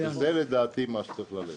ועל זה לדעתי צריך ללכת.